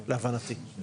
להבנתי.